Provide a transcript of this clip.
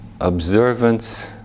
observance